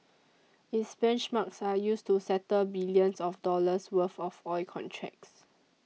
its benchmarks are used to settle billions of dollars worth of oil contracts